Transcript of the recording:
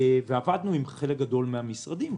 ועבדנו עם חלק גדול מהמשרדים.